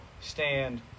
stand